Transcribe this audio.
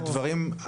הדברים,